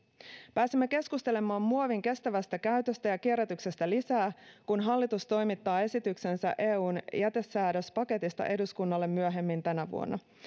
pääsemme keskustelemaan muovin kestävästä käytöstä ja kierrätyksestä lisää kun hallitus toimittaa esityksensä eun jätesäädöspaketista eduskunnalle myöhemmin tänä vuonna